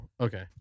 okay